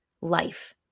life